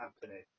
happening